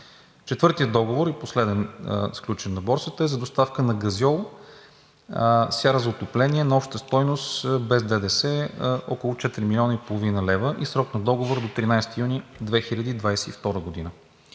Четвъртият договор, и последен, сключен на Борсата, е за доставка на газьол, сяра за отопление, на обща стойност без ДДС около 4,5 млн. лв. и срок на договора до 13 юни 2022 г.